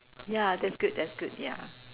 ya that's good that's good ya